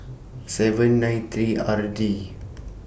seven nine three R D